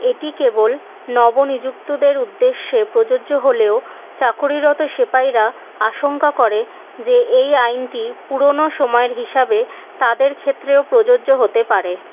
এটি কেবল নবনিযুক্তদের উদ্দেশ্যে প্রযোজ্য হলেও চাকুরিরত সিপাইরা আশঙ্কা করে যে এই আইনটি পুরনো সময়ের হিসাবে তাদের ক্ষেত্রেও প্রযোজ্য হতে পারে